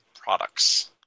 products